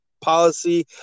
policy